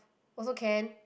also can